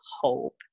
hope